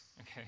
okay